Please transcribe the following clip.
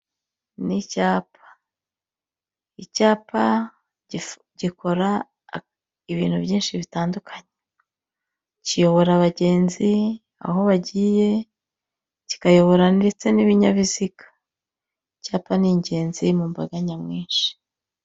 Ni icyapa. Icyapa gikora ibintu byinshi bitandukanye: kiyobora abagenzi aho bagiye; kikayobora ndetse n'ibinyabiziga. Icyapa ni ingenzi mu mbaga nyamwinshi.